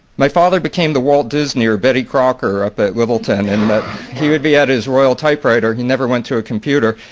my father became the walt disney or betty crocker up at littleton and that he would be at his royal typewriter. he never went to a computer.